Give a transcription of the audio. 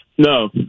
No